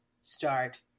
start